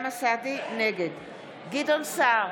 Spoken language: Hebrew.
נגד גדעון סער,